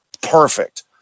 perfect